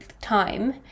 time